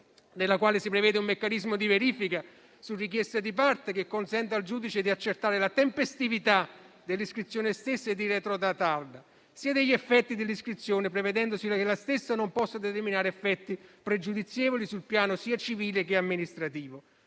della quale si prevede un meccanismo di verifica, su richiesta di parte, che consenta al giudice di accertare la tempestività dell'iscrizione stessa e di retrodatarla, sia agli effetti dell'iscrizione, prevedendosi che la stessa non possa determinare effetti pregiudizievoli sul piano sia civile che amministrativo;